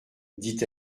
dit